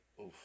Oof